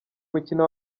mukino